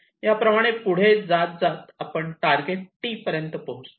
याप्रमाणे पुढे जात आपण टारगेट T पर्यंत पोहोचतो